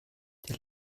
der